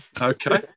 Okay